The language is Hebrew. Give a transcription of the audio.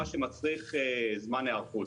מה שמצריך זמן היערכות.